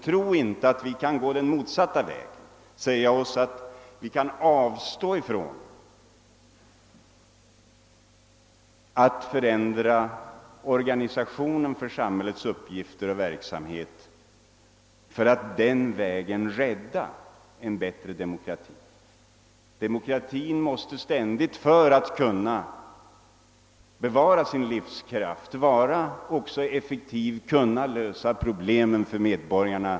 Tro inte att vi kan gå den motsatta vägen och avstå från att förändra organisationen för samhällets verksamhet för att därigenom rädda en bättre demokrati! Demokratin måste för att kunna bevara sin livskraft också ständigt vara effektiv och kunna lösa medborgarnas problem.